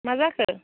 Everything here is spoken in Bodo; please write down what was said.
मा जाखो